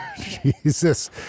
Jesus